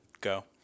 go